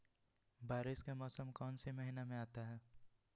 बारिस के मौसम कौन सी महीने में आता है?